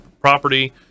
property